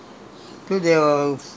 late sixties and seventies